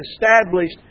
established